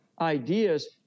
ideas